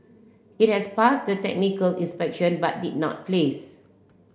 it had passed the technical inspection but did not place